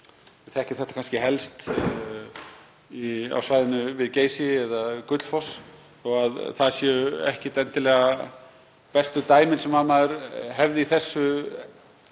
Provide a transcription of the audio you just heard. Við þekkjum þetta kannski helst á svæðinu við Geysi eða Gullfoss þó að það séu ekki endilega bestu dæmin sem maður hefði í þessu